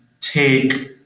take